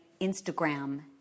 Instagram